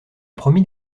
promis